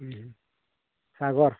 ᱦᱮᱸ ᱦᱮᱸ ᱥᱟᱜᱚᱨ